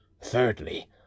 Thirdly